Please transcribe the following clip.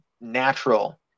natural